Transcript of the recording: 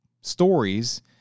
stories